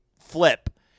flip